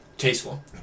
Tasteful